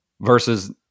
versus